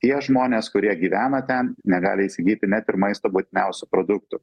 tie žmonės kurie gyvena ten negali įsigyti net ir maisto būtiniausių produktų